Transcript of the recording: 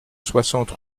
soixante